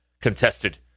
contested